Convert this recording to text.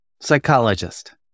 Psychologist